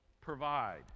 provide